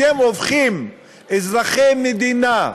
אתם הופכים אזרחי מדינה,